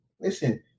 listen